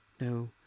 No